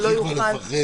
לא יוכל.